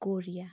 Korea